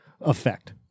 effect